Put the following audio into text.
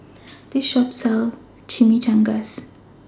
This Shop sells Chimichangas